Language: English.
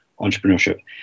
entrepreneurship